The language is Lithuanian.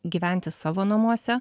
gyventi savo namuose